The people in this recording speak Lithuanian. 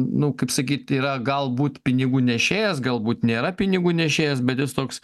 nu kaip sakyt yra galbūt pinigų nešėjas galbūt nėra pinigų nešėjas bet jis toks